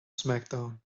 smackdown